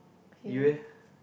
you eh